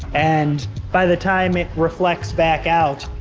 and by the time it reflects back out,